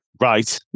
Right